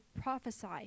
prophesy